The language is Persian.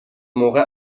موقع